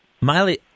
Miley